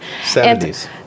70s